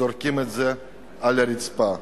זורקים את זה על הרצפה.